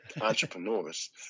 entrepreneurs